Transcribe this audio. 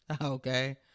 okay